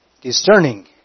Discerning